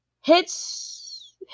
hits